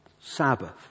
Sabbath